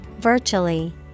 virtually